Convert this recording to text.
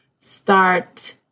Start